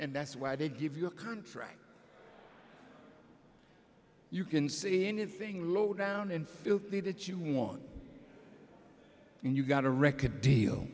and that's why they give you a contract you can say anything low down and filthy that you want and you've got a record deal